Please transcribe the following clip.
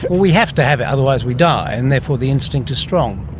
we have to have it, otherwise we die, and therefore the instinct is strong.